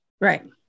Right